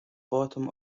bottom